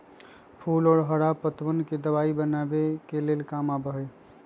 फूल और हरा पत्तवन के दवाई बनावे के काम आवा हई